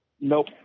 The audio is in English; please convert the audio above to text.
Nope